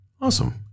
Awesome